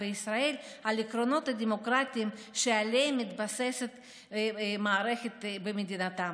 בישראל על העקרונות הדמוקרטיים שעליהם מתבססת המערכת במדינתם.